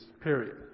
period